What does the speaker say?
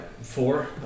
Four